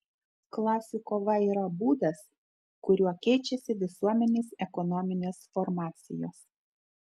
klasių kova yra būdas kuriuo keičiasi visuomenės ekonominės formacijos